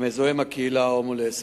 המזוהה עם הקהילה ההומו-לסבית.